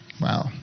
Wow